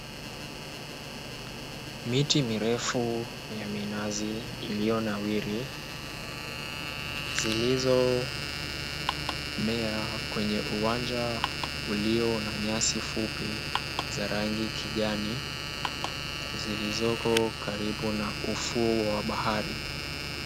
Miti mirefu ya minazi iliyonawiri zilizomea kwenye uwanja ulio na nyasi fupi za rangi kijani zilizoko karibu na ufuo wa bahari.